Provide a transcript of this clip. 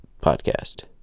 podcast